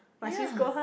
ya